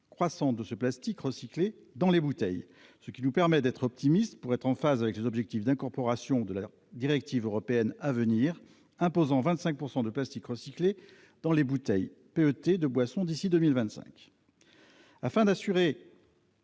croissante de ce plastique recyclé dans les bouteilles, ce qui nous permet d'être optimiste pour être en phase avec les objectifs d'incorporation de la directive européenne à venir imposant 25 pourcent de plastique recyclé dans les bouteilles P. E. T. de boissons d'ici 2025 afin d'assurer.